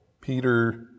Peter